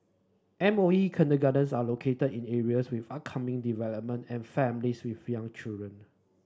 M O E kindergartens are located in areas with upcoming development and families with young children